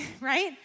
right